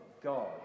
God